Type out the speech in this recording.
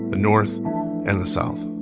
the north and the south